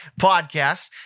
podcast